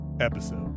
episode